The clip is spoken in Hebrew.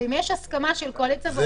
ואם יש הסכמה של קואליציה ואופוזיציה,